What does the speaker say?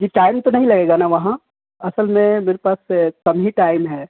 جی time تو نہیں لگے گا نا وہاں اصل میں میرے پاس کم ہی ٹائم ہے